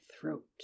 throat